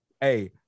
hey